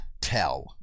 tell